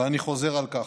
ואני חוזר על כך: